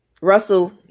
Russell